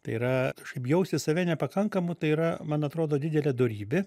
tai yra kažkaip jausti save nepakankamu tai yra man atrodo didelė dorybė